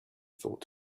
thought